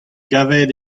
gavet